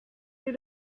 you